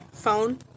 phone